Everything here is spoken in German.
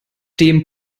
dem